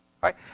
Right